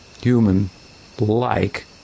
Human-like